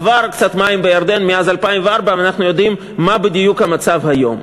עברו קצת מים בירדן מאז 2004 ואנחנו יודעים מה בדיוק המצב היום.